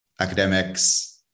academics